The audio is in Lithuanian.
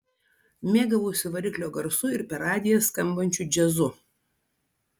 mėgavausi variklio garsu ir per radiją skambančiu džiazu